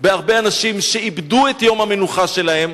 בהרבה אנשים שאיבדו את יום המנוחה שלהם,